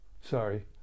Sorry